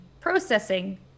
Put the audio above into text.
processing